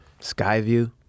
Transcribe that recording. skyview